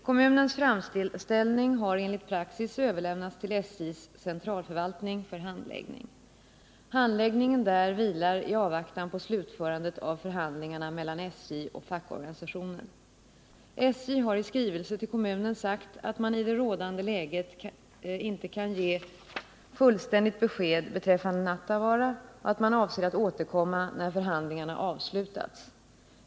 Kommunens framställning har enligt praxis överlämnats till SJ:s centralförvaltning för handläggning. Handläggningen där vilar i avvaktan på slutförandet av förhandlingarna mellan SJ och fackorganisationen. SJ har i skrivelse till kommunen sagt att man i det rådande läget inte kan ge fullständigt besked beträffande Nattavaara och att man avser att återkomma när förhandlingarna avslutats.